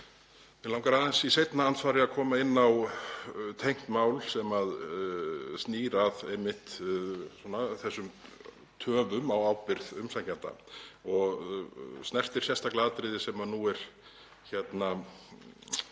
Mig langar aðeins í seinna andsvari að koma inn á tengt mál sem snýr einmitt að þessum töfum á ábyrgð umsækjanda og snertir sérstaklega atriði sem nú lítur